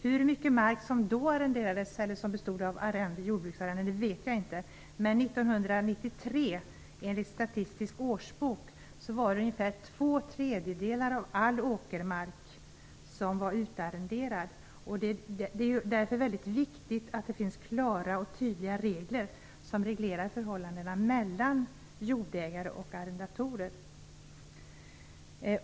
Hur mycket mark som då arrenderades ut vet jag inte, men 1993 var enligt Statistisk årsbok ungefär två tredjedelar av all åkermark utarrenderad. Det är därför väldigt viktigt att det finns klara och tydliga regler som reglerar förhållandena mellan jordägare och arrendatorer.